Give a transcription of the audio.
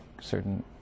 certain